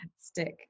stick